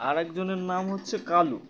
আরে একজনের নাম হচ্ছে কালু